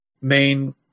main